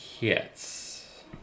Yes